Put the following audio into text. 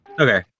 Okay